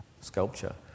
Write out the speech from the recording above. sculpture